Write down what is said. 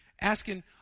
asking